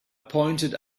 pointed